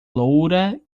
loura